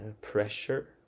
Pressure